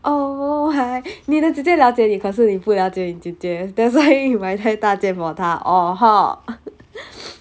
oh !huh! 你的姐姐了解你可是你不了解你姐姐 that's why 你买太大件 for 他 orh hor